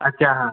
अच्छा हां